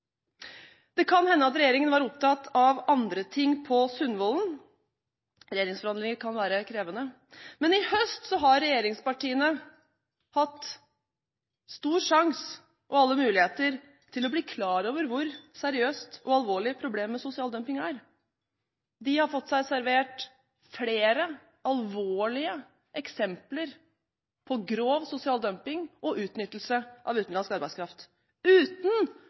Det kan hende at regjeringen var opptatt av andre ting på Sundvollen – regjeringsforhandlinger kan være krevende. Men i høst har regjeringspartiene hatt sjansen og alle muligheter til å bli klar over hvor seriøst og alvorlig problemet med sosial dumping er. De har fått seg servert flere alvorlige eksempler på grov sosial dumping og utnyttelse av utenlandsk arbeidskraft – uten